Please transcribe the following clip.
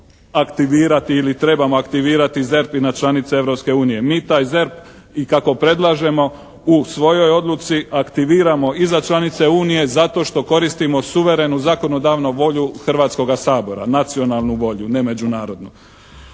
aktivirati ili trebamo aktivirati ZERP i na članice Europske unije. Mi taj ZERP i kako predlažemo u svojoj odluci aktiviramo i za članice Unije zato što koristimo suverenu zakonodavnu volju Hrvatskoga sabora, nacionalnu volju, ne međunarodnu.